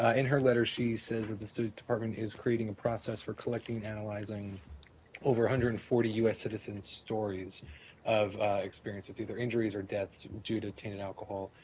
ah in her letter, she says that the state department is creating a process for collecting and analyzing over one hundred and forty u s. citizens' stories of experiences either injuries or deaths due to tainted alcohol.